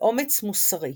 ואומץ מוסרי".